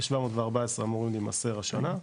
ה-714 אמורים להימסר השנה.